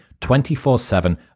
24-7